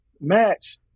match